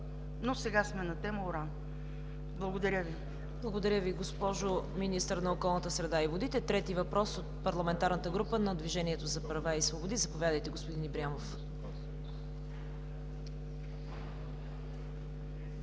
Но сега сме на тема уран. Благодаря Ви. ПРЕДСЕДАТЕЛ ЦВЕТА КАРАЯНЧЕВА: Благодаря Ви, госпожо Министър на околната среда и водите. Трети въпрос от Парламентарната група на Движението за права и свободи. Заповядайте, господин Ибрямов.